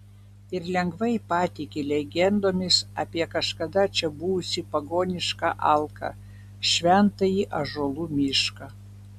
ir lengvai patiki legendomis apie kažkada čia buvusį pagonišką alką šventąjį ąžuolų mišką